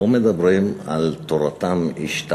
פה מדברים על תורתם-השתמטותם,